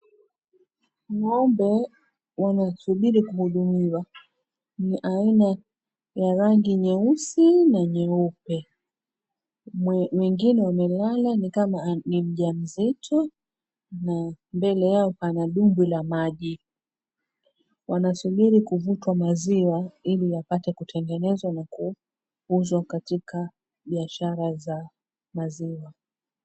Ng'ombe wanasubiri kuhudumiwa. Ni aina ya rangi nyeusi na nyeupe. wengine wamelala ni kama ni mjamzito na mbele yao pana dumbwi la maji. Wanasubiri kuvutwa maziwa ili yapate kutengenezwa na kuuzwa katika biashara za maziwa.